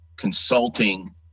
Consulting